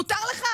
מותר לך?